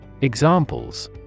Examples